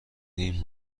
این